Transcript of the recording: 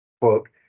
quote